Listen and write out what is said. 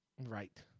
Right